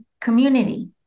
community